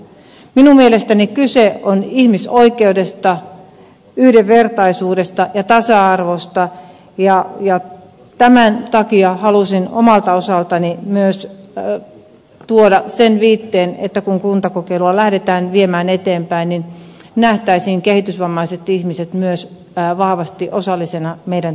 minun mielestäni kyse on ihmisoikeudesta yhdenvertaisuudesta ja tasa arvosta ja tämän takia halusin omalta osaltani myös tuoda sen viitteen että kun kuntakokeilua lähdetään viemään eteenpäin nähtäisiin kehitysvammaiset ihmiset myös vahvasti osallisina meidän työelämässämme